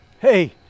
Hey